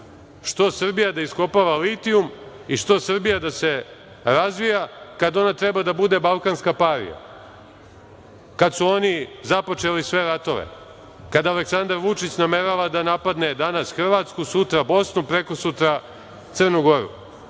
što Srbija da iskopava litijum i što da se razvija ona kada ona treba da bude balkanska parija, kad su oni započeli sve ratove, kada Aleksandar Vučić namerava da napadne danas Hrvatsku, sutra Bosnu, prekosutra Crnu Goru,